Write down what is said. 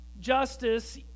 justice